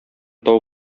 тау